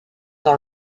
dans